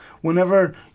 Whenever